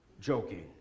joking